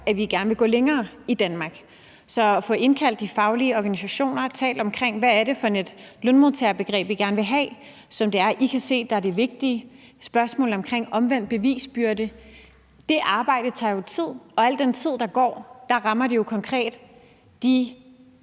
Danmark gerne vil gå længere. Så det at få indkaldt de faglige organisationer og talt om, hvad det er for et lønmodtagerbegreb, vi gerne vil have, og som de kan se er det vigtige, og spørgsmålet omkring omvendt bevisbyrde er jo et arbejde, der tager tid, og i al den tid der går, rammer det jo konkret de